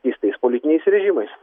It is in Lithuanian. keistais politiniais režimais